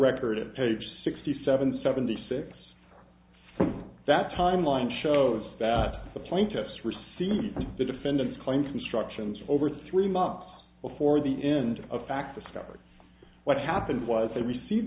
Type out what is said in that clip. record at page sixty seven seventy six that timeline shows that the plaintiffs received the defendant's claim constructions over three months before the end of fact discovered what happened was they received